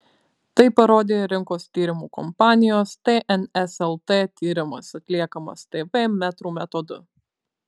tai parodė rinkos tyrimų kompanijos tns lt tyrimas atliekamas tv metrų metodu